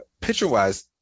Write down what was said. Picture-wise